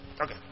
Okay